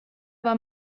war